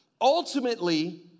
Ultimately